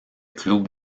club